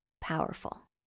powerful